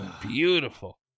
Beautiful